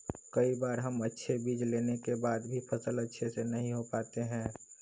कई बार हम अच्छे बीज लेने के बाद भी फसल अच्छे से नहीं हो पाते हैं?